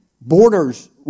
borders